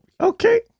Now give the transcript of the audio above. Okay